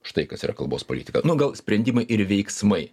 štai kas yra kalbos politika nu gal sprendimai ir veiksmai